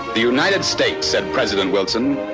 the united states, said president wilson,